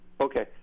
Okay